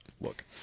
look